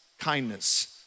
kindness